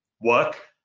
work